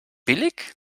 billig